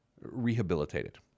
rehabilitated